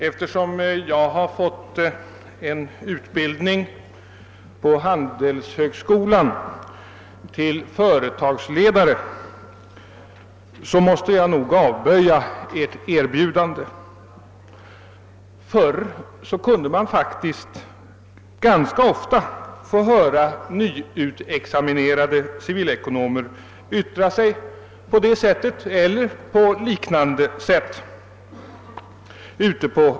»Eftersom jag har fått en utbildning på Handelshögskolan till företagsledare måste jag nog avböja Ert erbjudande.» Förr kunde man faktiskt ganska ofta på företagens anställningskontor få höra nyutexaminerade civilekonomer yttra sig på detta eller på liknande sätt.